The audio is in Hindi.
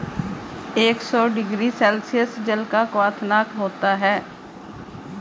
एक सौ डिग्री सेल्सियस जल का क्वथनांक होता है